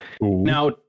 Now